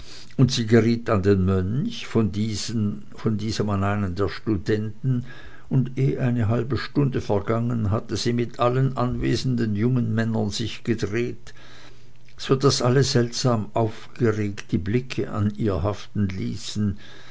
und sie geriet an den mönch von diesem an einen der studenten und eh eine halbe stunde vergangen hatte sie mit allen anwesenden jungen männern sich gedreht so daß alle seltsam aufgeregt die blicke an ihr haften ließen